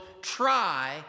try